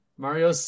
Mario